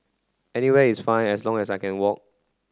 anywhere is fine as long as I can walk